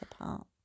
apart